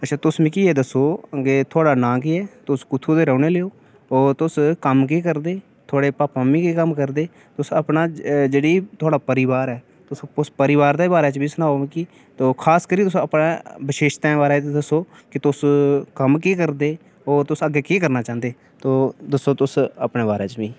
अच्छा तुस मिकी ऐ दस्सो थुआढ़ा नांऽ केह् ऐ तुस कुत्थूं दे रौह्वे आह्ले ओ और तुस कम्म केह् करदे थुआढ़े भापा मम्मी केह् कम्म करदे तुस अपना जेह्ड़ा थुहाढ़ा परोआर उस परोआर दे बारे च बी सनाओ मिकी अपनी विशेषतां दे बारे च दस्सो केह् तुस कम्म केह् करदे ओ तुस अग्गें केह् करना चांह्दे दस्सो तुस अपने बारे च